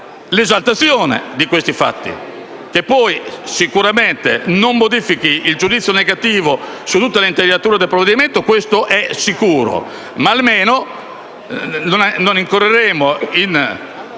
l'esaltazione di questi fatti. Il fatto poi che ciò non modifichi il giudizio negativo su tutta l'intelaiatura del provvedimento è sicuro, ma almeno non incorreremmo in